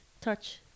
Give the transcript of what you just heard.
touch